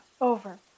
Over